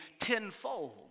tenfold